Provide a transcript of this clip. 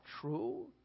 true